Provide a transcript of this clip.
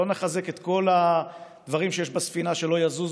לא נחזק את כל הדברים שיש בספינה שלא יזוזו